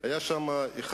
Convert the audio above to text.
בשם כל עם ישראל,